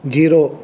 zero